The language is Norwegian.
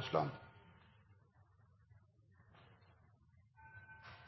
syns det